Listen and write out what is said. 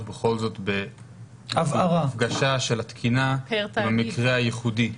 בכל זאת בהדגשה של התקינה במקרה הייחודי.